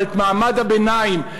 אבל את מעמד הביניים,